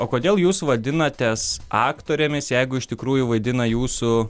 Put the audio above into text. o kodėl jūs vadinatės aktorėmis jeigu iš tikrųjų vaidina jūsų